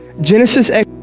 genesis